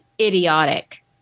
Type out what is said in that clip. idiotic